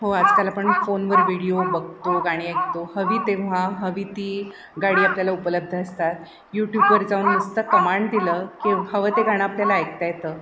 हो आजकाल आपण फोनवर विडिओ बघतो गाणी ऐकतो हवी तेव्हा हवी ती गाणी आपल्याला उपलब्ध असतात यूटूबवर जाऊन नुसतं कमांड दिलं की हवं ते गाणं आपल्याला ऐकता येतं